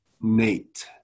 Nate